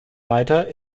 leiter